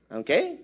okay